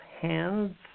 hands